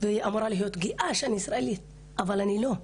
ואני אמורה להיות גאה שאני ישראלית, אבל אני לא,